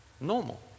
normal